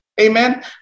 Amen